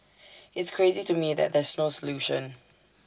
it's crazy to me that there's no solution